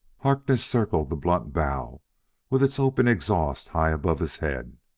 harkness circled the blunt bow with its open exhaust high above his head.